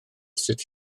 sut